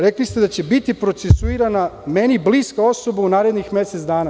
Rekli ste da će biti procesuirana meni bliska osoba u narednih mesec dana.